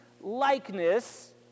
likeness